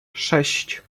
sześć